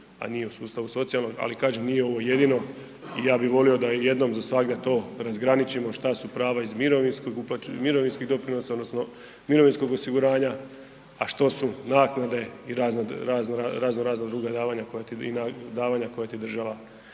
a nije u sustavu socijalnog, ali kažem nije ovo jedino i ja bi volio da jednom za svagda to razgraničimo šta su prava iz mirovinskog, mirovinskih doprinosa odnosno mirovinskog osiguranja, a što su naknade i razna, razno, razno razna druga davanja koja ti, davanja